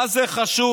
מה זה חשוב?